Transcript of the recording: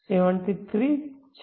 73 છે